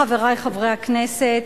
חברי חברי הכנסת,